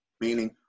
meaning